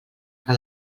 que